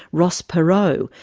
ross perot,